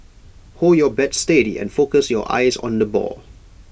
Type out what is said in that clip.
hold your bat steady and focus your eyes on the ball